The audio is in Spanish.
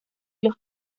los